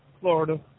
Florida